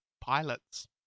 Pilots